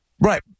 Right